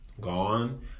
gone